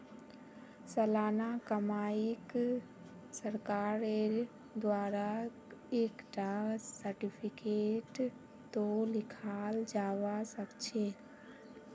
सालाना कमाईक सरकारेर द्वारा एक टा सार्टिफिकेटतों लिखाल जावा सखछे